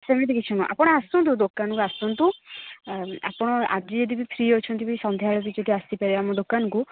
ସେମିତି କିଛି ନୁହଁ ଆପଣ ଆସନ୍ତୁ ଦୋକାନକୁ ଆସନ୍ତୁ ଆପଣ ଆଜି ଯଦି ବି ଫ୍ରି ଅଛନ୍ତି ବି ସନ୍ଧ୍ୟାବେଳେ ବି ଟିକେ ଆସିପାରିବେ ଆମ ଦୋକାନକୁ